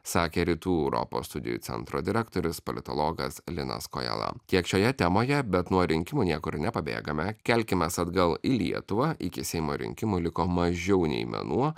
sakė rytų europos studijų centro direktorius politologas linas kojala tiek šioje temoje bet nuo rinkimų niekur nepabėgame kelkimės atgal į lietuvą iki seimo rinkimų liko mažiau nei mėnuo